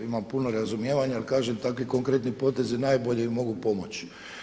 Imam puno razumijevanja ali kažem takvi konkretni potezi najbolje im mogu pomoći.